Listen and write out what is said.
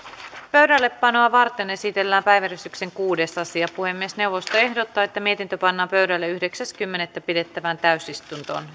pöydällepanoa varten esitellään päiväjärjestyksen kuudes asia puhemiesneuvosto ehdottaa että mietintö pannaan pöydälle yhdeksäs kymmenettä kaksituhattaviisitoista pidettävään täysistuntoon